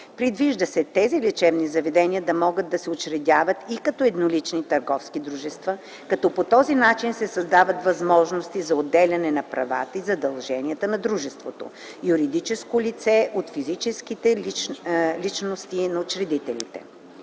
Предвижда се тези лечебни заведения да могат да се учредяват и като еднолични търговски дружества, като по този начин се създават възможности за отделяне на правата и задълженията на дружеството - юридическо лице от физическите личности на учредителите.